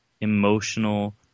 emotional